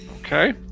Okay